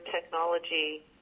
technology